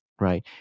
right